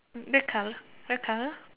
black colour black colour